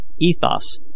Ethos